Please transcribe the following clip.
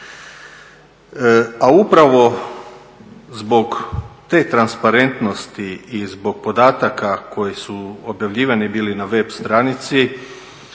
A upravo zbog te transparentnosti i zbog podataka koji su objavljivani bili na web stranici